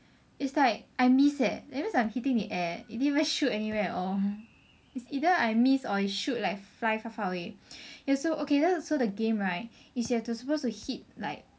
it's like I missed leh that means I am hitting the air it didn't even shoot anywhere at all it's either I missed or it shoot like fly far far away ya so okay the game right it's you are supposed to hit like